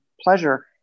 pleasure